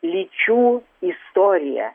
lyčių istoriją